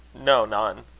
no, none.